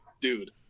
dude